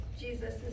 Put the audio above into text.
Jesus